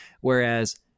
Whereas